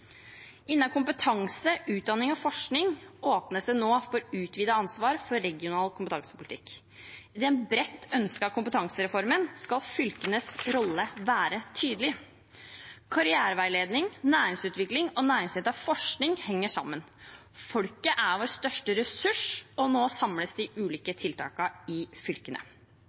Innen kompetanse, utdanning og forskning åpnes det nå for utvidet ansvar for regional kompetansepolitikk. I den bredt ønskede kompetansereformen skal fylkenes rolle være tydelig. Karriereveiledning, næringsutvikling og næringsrettet forskning henger sammen. Folket er vår største ressurs, og nå samles de ulike tiltakene i fylkene.